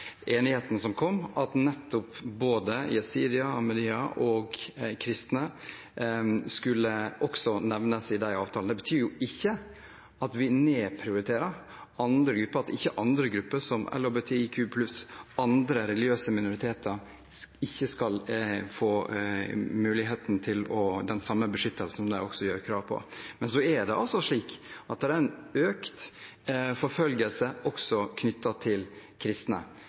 enigheten som kom, at nettopp både jesidier, ahmadija og kristne også skulle nevnes i de avtalene. Det betyr ikke at vi nedprioriterer andre grupper, at ikke grupper som LHBTIQ+ og andre religiøse minoriteter skal få muligheten til å få den samme beskyttelsen, som de også gjør krav på. Men det er altså slik at det er en økt forfølgelse knyttet til kristne